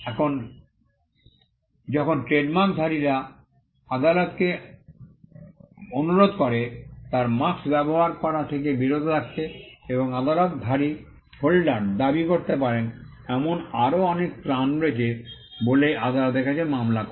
এখন যখন ট্রেডমার্কধারীরা আদালতকে আদালতকে অনুরোধ করে তার মার্ক্স্ ব্যবহার করা থেকে বিরত রাখতে এবং আদালতধারী হোল্ডার দাবী করতে পারেন এমন আরও অনেক ত্রাণ রয়েছে বলে আদালতের কাছে মামলা করে